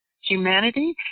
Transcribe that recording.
Humanity